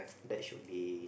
that should be